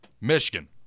Michigan